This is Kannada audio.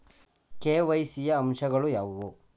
ಕೆ.ವೈ.ಸಿ ಯ ಅಂಶಗಳು ಯಾವುವು?